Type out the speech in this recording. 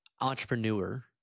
entrepreneur